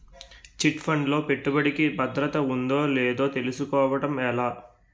Chit fund లో పెట్టుబడికి భద్రత ఉందో లేదో తెలుసుకోవటం ఎలా?